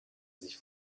sich